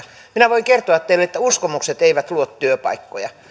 minä voin kertoa teille että uskomukset eivät luo työpaikkoja